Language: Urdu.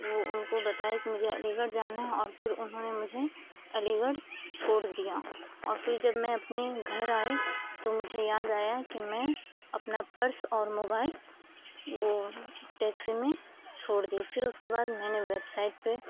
وہ ان کو بتایا کہ مجھے علی گڑھ جانا ہے اور پھر انہوں نے مجھے علی گڑھ چھوڑ دیا اور پھر جب میں اپنی گھر آئی تو مجھے یاد آیا کہ میں اپنا پرس اور موبائل وہ ٹیکسی میں چھوڑ دی پھر اس کے بعد میں نے ویب سائٹ پہ